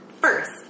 First